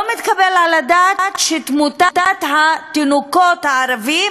לא מתקבל על הדעת שתמותת התינוקות הערבים